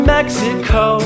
Mexico